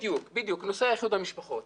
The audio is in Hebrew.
בדיוק, נושא איחוד המשפחות.